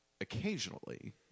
occasionally